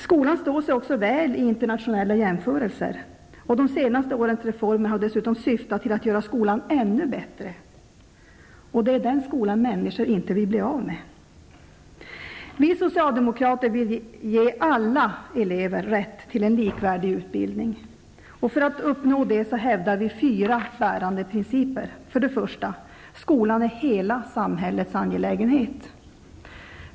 Skolan står sig också väl i internationella jämförelser, och de senaste årens reformer har dessutom syftat till att göra skolan ännu bättre. Det är denna skola människor inte vill bli av med. Vi socialdemokrater vill ge alla elever rätt till en likvärdig utbildning. För att uppnå detta hävdar vi fyra bärande principer. 1. Skolan är hela samhällets angelägenhet.